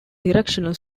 directional